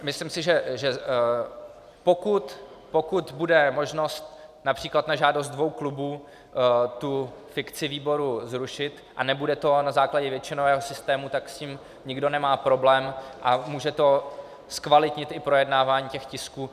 Myslím si, že pokud bude možnost např. na žádost dvou klubů tu fikci výboru zrušit a nebude to na základě většinového systému, tak s tím nikdo nemá problém a může to zkvalitnit i projednávání těch tisků.